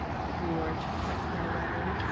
roared prothero.